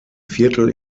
viertel